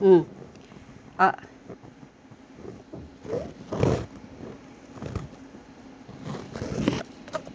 uh